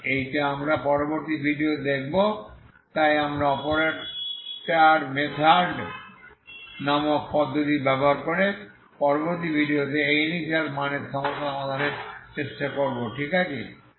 তাই এইটা আমরা পরবর্তী ভিডিওতে দেখব তাই আমরা অপারেটর মেথড নামক পদ্ধতি ব্যবহার করে পরবর্তী ভিডিওতে এই ইনিশিয়াল মানের সমস্যা সমাধানের চেষ্টা করবো ঠিক আছে